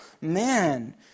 man